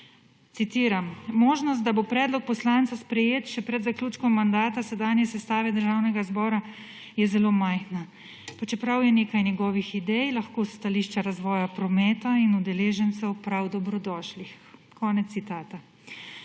Citiram: »Možnost, da bo predlog poslanca sprejet še pred zaključkom mandata sedanje sestave državnega zbora, je zelo majhna, pa čeprav je nekaj njegovih idej lahko s stališča razvoja prometa in udeležencev prav dobrodošlih.« Konec citata.